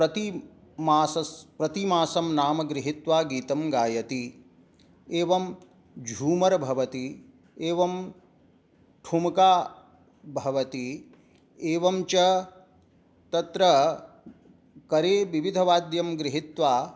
प्रतिमासस् प्रतिमासं नाम गृहित्वा गीतं गायति एवं झूमर् भवति एवं ठुमका भवति एवञ्च तत्र करे विविध वाद्यं गृहीत्वा